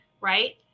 right